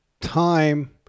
time